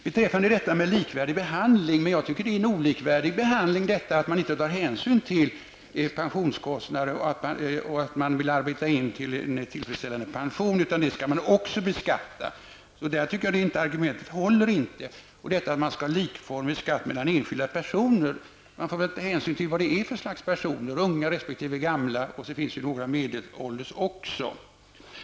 Beträffande likvärdig behandling vill jag säga att jag tycker att det innebär en olikvärdig behandling att man inte tar hänsyn till pensionskostnader och till att man vill arbeta in en tillfredsställande pension utan att detta också skall beskattas. Jag tycker därför inte att Anita Johanssons argument håller. Beträffande att man skall ha likformig skatt mellan enskilda personer, anser jag att man får ta hänsyn till vilka personer det är fråga om, unga resp. gamla, och det finns även några medelålders.